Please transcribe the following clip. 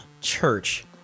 church